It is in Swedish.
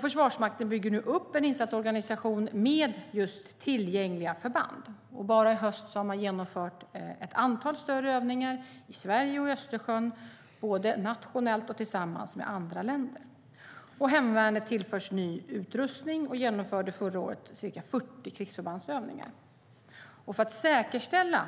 Försvarsmakten bygger upp en insatsorganisation med tillgängliga förband. Bara i höst har man genomfört ett antal större övningar i Sverige och i Östersjön, både nationellt och tillsammans med andra länder. Hemvärnet tillförs ny utrustning och genomförde förra året ca 40 krigsförbandsövningar. För att säkerställa